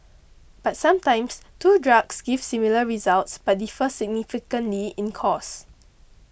but sometimes two drugs give similar results but differ significantly in costs